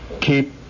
Keep